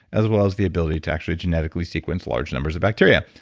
as well as the ability to actually genetically sequence large numbers of bacteria.